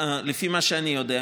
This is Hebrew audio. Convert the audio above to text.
לפי מה שאני יודע,